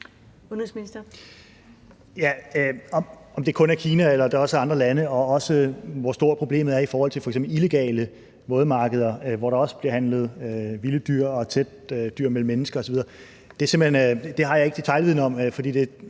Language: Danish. Om det kun er Kina eller er det også er andre lande, og også, hvor stort problemet er i forhold til f.eks. illegale vådmarkeder, hvor der også bliver handlet vilde dyr og dyr tæt mellem mennesker, har jeg simpelt hen ikke detailviden om,